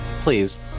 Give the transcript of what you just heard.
Please